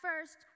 first